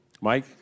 Mike